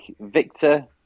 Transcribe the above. Victor